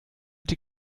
die